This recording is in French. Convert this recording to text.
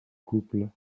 couple